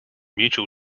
mutual